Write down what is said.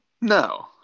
No